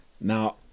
Now